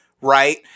right